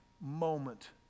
moment